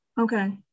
Okay